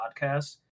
podcast